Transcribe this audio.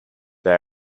they